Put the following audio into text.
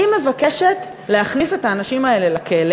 מבקשת להכניס את האנשים האלה לכלא